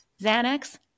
Xanax